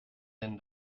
denn